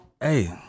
hey